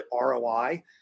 ROI